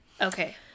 Okay